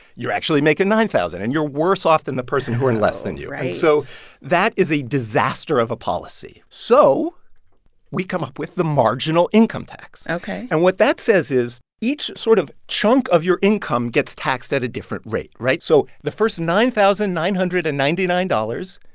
you're actually making nine thousand, and you're worse off than the person who earned less than you oh, right so that is a disaster of a policy. so we come up with the marginal income tax ok and what that says is each sort of chunk of your income gets taxed at a different rate, right? so the first nine thousand nine hundred and ninety nine dollars,